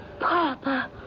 Papa